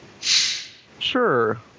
Sure